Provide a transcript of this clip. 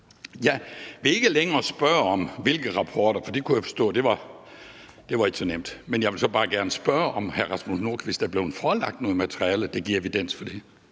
Jeg vil ikke længere spørge til rapporterne, for jeg kunne forstå, at det ikke var så nemt at svare på, men jeg vil så bare gerne spørge, om hr. Rasmus Nordqvist er blevet forelagt noget materiale, der giver evidens for det.